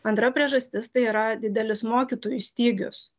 antra priežastis tai yra didelis mokytojų stygius